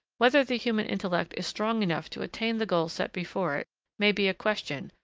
whether the human intellect is strong enough to attain the goal set before it may be a question,